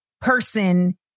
person